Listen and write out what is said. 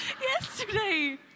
Yesterday